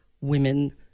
women